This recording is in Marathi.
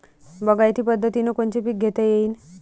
बागायती पद्धतीनं कोनचे पीक घेता येईन?